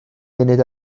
munud